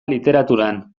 literaturan